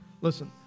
listen